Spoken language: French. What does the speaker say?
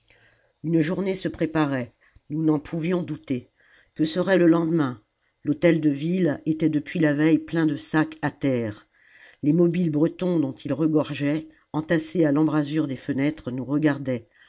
une journée se préparait nous n'en pouvions douter que serait le lendemain l'hôtel-de-ville était depuis la veille plein de sacs à terre les mobiles bretons dont il regorgeait entassés à l'embrasure des fenêtres nous regardaient